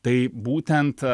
tai būtent